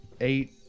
eight